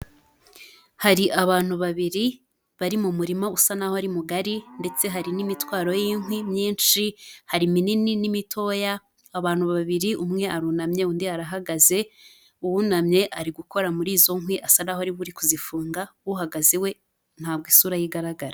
Hari abantu babiri, bari mu murima usa naho ari mugari, ndetse hari n'imitwaro y'inkwi myinshi, hari iminini n'imitoya, abantu babiri umwe arunamye undi arahagaze, uwunamye ari gukora muri izo nkwi asa naho ari we uri kuzifunga, uhagaze we ntabwo isura ye igaragara.